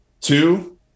Two